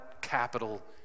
capital